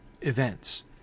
events